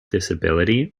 disability